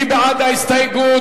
מי בעד ההסתייגות?